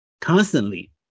constantly